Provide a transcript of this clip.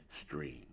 Stream